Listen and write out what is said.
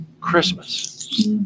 Christmas